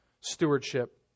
stewardship